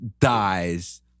dies